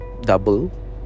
Double